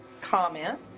Comment